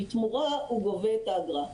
ובתמורה הוא גובה את האגרה.